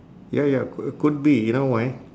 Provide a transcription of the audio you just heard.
ya ya c~ could be you know why